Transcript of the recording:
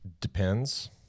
depends